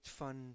van